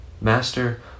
Master